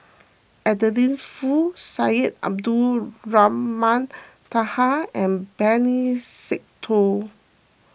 Adeline Foo Syed Abdulrahman Taha and Benny Se Teo